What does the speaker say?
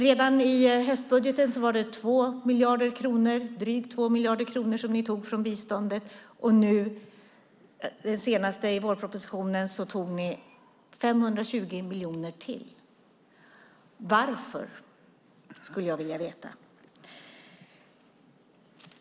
Redan i höstbudgeten var det drygt 2 miljarder kronor som ni tog från biståndet. Och i den senaste vårpropositionen tog ni 520 miljoner till. Varför? Det skulle jag vilja veta.